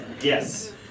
Yes